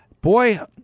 Boy